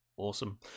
Awesome